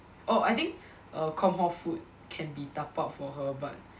oh I think err comm hall food can be dapaoed for her but